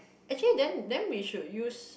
actually then then we should use